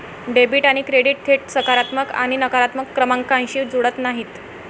debit आणि credit थेट सकारात्मक आणि नकारात्मक क्रमांकांशी जुळत नाहीत